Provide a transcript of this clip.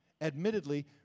Admittedly